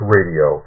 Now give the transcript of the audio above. Radio